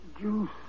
Juice